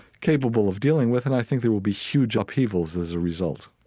capable of dealing with and i think there will be huge upheavals as a result,